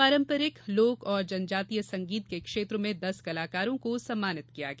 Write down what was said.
पारम्पारिक लोक और जनजातीय संगीत के क्षेत्र में दस कलाकारों को सम्मानित किया गया